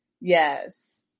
Yes